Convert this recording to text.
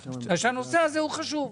כי הנושא הזה חשוב.